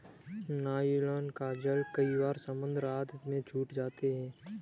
nylon का जाल कई बार समुद्र आदि में छूट जाते हैं